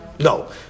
No